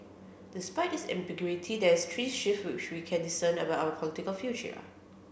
despite this ambiguity there are three shifts which we can discern about our political future